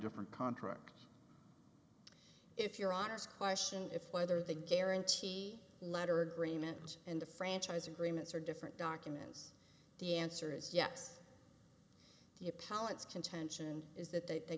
different contract if you're honest question if either the guarantee letter agreement and the franchise agreements are different documents the answer is yes the apologies contention is that they